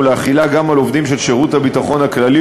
ולהחילה גם על עובדים של שירות הביטחון הכללי,